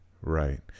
Right